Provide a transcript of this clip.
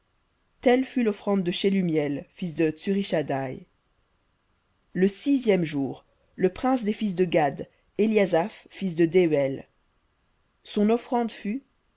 telle fut l'offrande de shelumiel fils de tsurishaddaï le sixième jour le prince des fils de gad éliasaph fils de dehuel son offrande fut